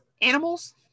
animals